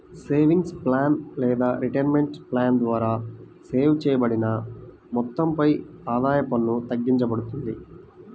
savings plan లేదా retirement plan ద్వారా save చేయబడిన మొత్తంపై ఆదాయ పన్ను తగ్గింపబడుతుంది